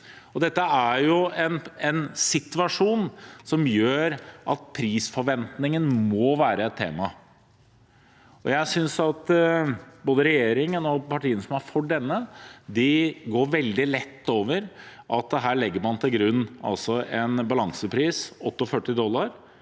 Dette er en situasjon som gjør at prisforventningen må være et tema. Jeg synes at både regjeringen og partiene som er for denne, går veldig lett over at man her legger til grunn en balansepris på 48 dollar